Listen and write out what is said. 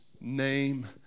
name